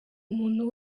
muntu